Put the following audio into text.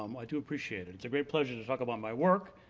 um i do appreciate it. it's a great pleasure to talk about my work,